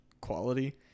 quality